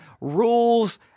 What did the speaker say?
rules